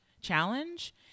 challenge